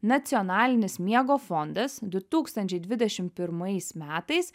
nacionalinis miego fondas du tūkstančiai dvidešimt pirmais metais